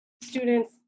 students